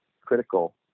critical